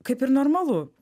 kaip ir normalu